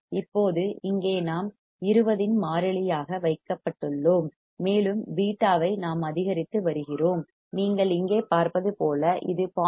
இப்போது இங்கே நாம் 20 இன் மாறிலியாக கான்ஸ்டன்ட் வைக்கப்பட்டுள்ளோம் மேலும் β ஐ நாம் அதிகரித்து வருகிறோம் நீங்கள் இங்கே பார்ப்பது போல இது 0